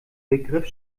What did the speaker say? begriff